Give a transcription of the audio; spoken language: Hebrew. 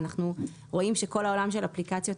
אנחנו רואים שכל העולם של אפליקציות,